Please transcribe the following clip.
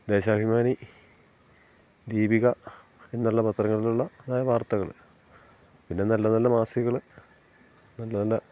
ദേശാഭിമാനി ദീപിക എന്നുള്ള പത്രങ്ങളിലുള്ള അതായ വാർത്തകൾ പിന്നെ നല്ല നല്ല മാസികൾ നല്ല നല്ല